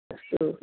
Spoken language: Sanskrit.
अस्तु